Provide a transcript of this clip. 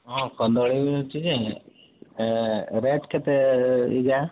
ହଁ କଦଳୀ ଅଛି ଯେ ରେଟ୍ କେତେ ଏଇଟା